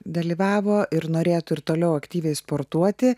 dalyvavo ir norėtų ir toliau aktyviai sportuoti